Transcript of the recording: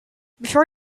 before